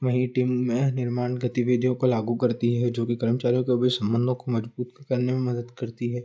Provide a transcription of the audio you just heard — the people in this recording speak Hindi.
वहीं टीम में निर्माण गतिविधियों को लागू करती है जो कि कर्मचारियों के बीच सम्बन्धों को मजबूती करने में मदद करती है